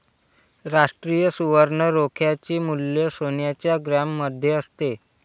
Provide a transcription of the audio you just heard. राष्ट्रीय सुवर्ण रोख्याचे मूल्य सोन्याच्या ग्रॅममध्ये असते